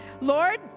Lord